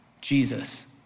Jesus